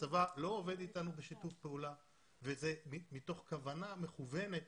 הצבא לא עובד אתנו בשיתוף פעולה וזה מתוך כוונה מכוונת